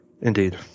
Indeed